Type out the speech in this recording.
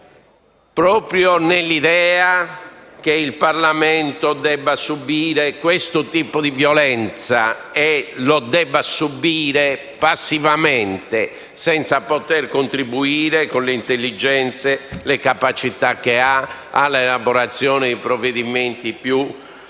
proprio nell'idea che il Parlamento debba subire questo tipo di violenza e la debba subire passivamente, senza poter contribuire con le intelligenze e le capacità che ha alla elaborazione di provvedimenti più adatti